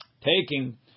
taking